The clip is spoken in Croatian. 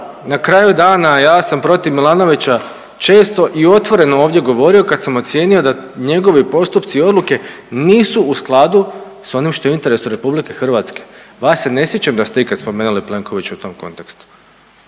Na kraju dana ja sam protiv Milanovića često i otvoreno ovdje govorio kad sam ocijenio da njegovi postupci i odluke nisu u skladu s onim što je u interesu RH. Vas se ne sjećam da ste ikad spomenuli Plenkovića u tom kontekstu,